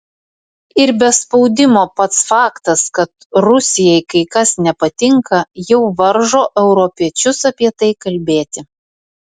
ir be spaudimo pats faktas kad rusijai kai kas nepatinka jau varžo europiečius apie tai kalbėti